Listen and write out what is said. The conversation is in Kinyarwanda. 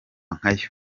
nkayo